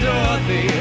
Dorothy